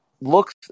looks